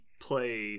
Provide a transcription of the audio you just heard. play